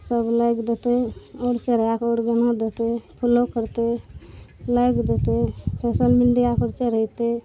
सब लाइक देतै आओर चढ़ाकऽ आओर गाना देतै फौलो करतै लाइक देतै सोसल मीडिआ पर चढ़ैतै